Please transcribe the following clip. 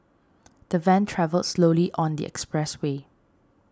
the van travelled slowly on the expressway